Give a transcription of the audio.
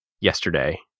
yesterday